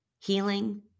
Healing